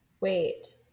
Wait